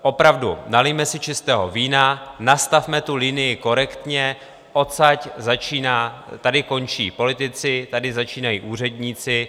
Opravdu, nalijme si čistého vína, nastavme tu linii korektně: odsud začíná, tady končí politici, tady začínají úředníci.